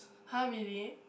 [huh] really